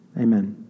Amen